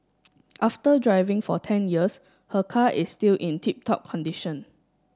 after driving for ten years her car is still in tip top condition